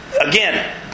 Again